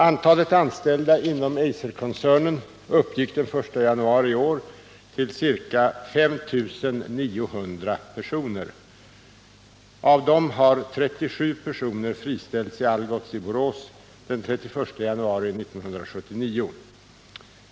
Antalet anställda inom Eiserkoncernen uppgick den 1 januari 1979 till ca 5 900 personer. Av dessa har 37 personer friställts i Algots i Borås den 31 januari 1979.